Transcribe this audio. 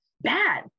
bad